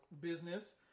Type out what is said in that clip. business